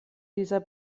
dieser